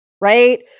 right